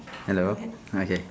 hello okay